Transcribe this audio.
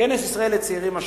כנס ישראל לצעירים השני.